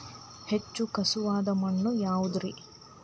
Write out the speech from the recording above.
ಹೆಚ್ಚು ಖಸುವಾದ ಮಣ್ಣು ಯಾವುದು ರಿ?